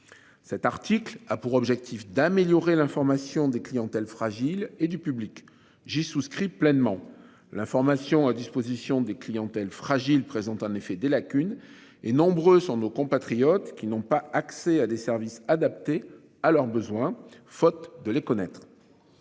Cet article a pour objectif d'améliorer l'information des clientèles fragiles et du public. J'ai souscrit pleinement l'information à disposition des clientèles fragiles présente en effet des lacunes et nombreux sont nos compatriotes qui n'ont pas accès à des services adaptés à leurs besoins. Faute de les connaître.